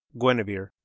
Guinevere